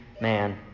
man